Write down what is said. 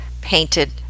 painted